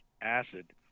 acid